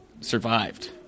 survived